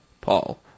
Paul